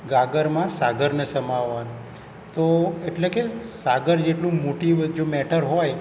ગાગરમાં સાગરને સમાવવાનો તો એટલે કે સાગર જેટલું મોટી જો મેટર હોય